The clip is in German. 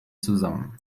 zusammen